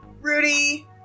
Rudy